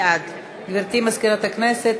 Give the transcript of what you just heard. בעד גברתי מזכירת הכנסת,